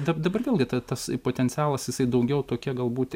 dabar vėl gi tas potencialas jisai daugiau tokia galbūt